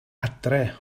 adre